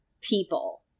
people